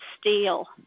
Steel